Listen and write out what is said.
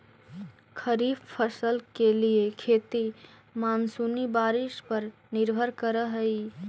खरीफ फसल के लिए खेती मानसूनी बारिश पर निर्भर करअ हई